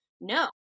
No